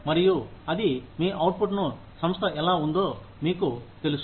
మరియు అది మీ అవుట్పుట్ను సంస్థ ఎలా ఉందో మీకు తెలుసు